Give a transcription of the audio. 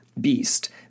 beast